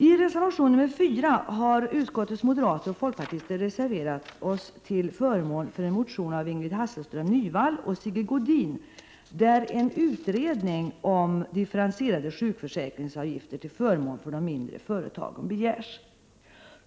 I reservation nr 4 har vi moderater och folkpartister i utskottet reserverat oss till förmån för en motion av Ingrid Hasselström Nyvall och Sigge Godin, där en utredning om differentierade sjukförsäkringsavgifter till förmån för de mindre företagen begärs.